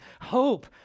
Hope